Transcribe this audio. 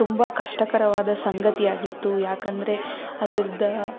ತುಂಬ ಕಷ್ಟಕರವಾದ ಸಂಗತಿಯಾಗಿತ್ತು ಯಾಕೆಂದರೆ ಅದರದು